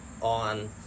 on